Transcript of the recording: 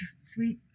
sweet